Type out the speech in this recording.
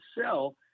sell